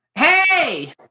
Hey